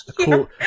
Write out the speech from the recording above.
Cool